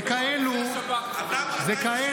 זה כאלה -- אתה --- אתה שר ------ מהשב"כ כולם.